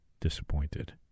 disappointed